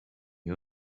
mir